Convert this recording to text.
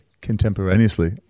Contemporaneously